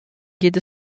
geht